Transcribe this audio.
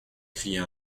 cria